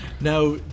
Now